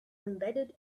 embedded